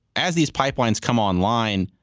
as these pipelines come online,